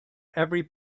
every